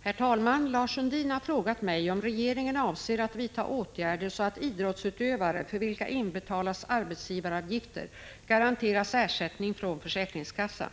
Herr talman! Lars Sundin har frågat mig om regeringen avser att vidta åtgärder så att idrottsutövare, för vilka inbetalas arbetsgivaravgifter, garanteras ersättning från försäkringskassa.